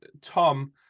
Tom